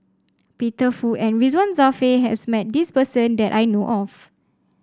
Peter Fu and Ridzwan Dzafir has met this person that I know of